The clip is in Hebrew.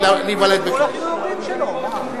הוא הולך עם ההורים שלו, מה.